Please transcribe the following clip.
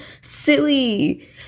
silly